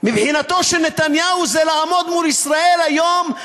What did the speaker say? מבחינתו של נתניהו זה לעמוד מול "ישראל היום",